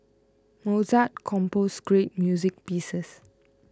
Mozart composed great music pieces